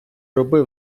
роби